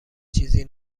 چیزی